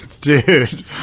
dude